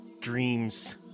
dreams